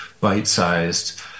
bite-sized